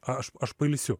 aš aš pailsiu